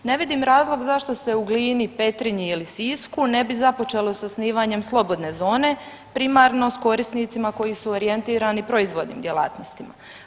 Ne vidim razlog zašto se u Glini, Petrinji ili Sisku ne bi započelo s osnivanjem slobodne zone primarno s korisnicima koji su orijentirani proizvodnim djelatnostima.